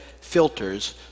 filters